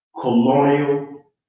colonial